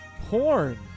Porn